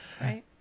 Right